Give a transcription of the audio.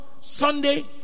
Sunday